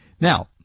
Now